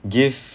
give